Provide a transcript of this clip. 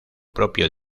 propio